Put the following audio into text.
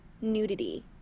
nudity